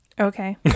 okay